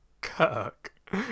Kirk